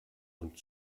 und